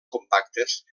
compactes